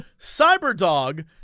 Cyberdog